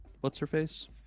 what's-her-face